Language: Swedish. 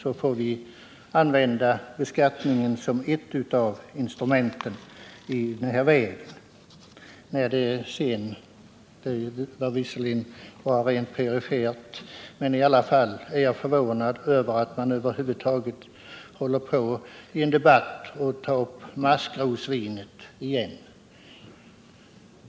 Jag är förvånad över att någon i en sådan här debatt tar upp maskrosvinet igen — låt vara att det skedde perifert.